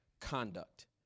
conduct